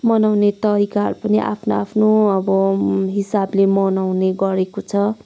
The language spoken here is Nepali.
मनाउने तरिकाहरू पनि आफ्नो आफ्नो अब हिसाबले मनाउने गरेको छ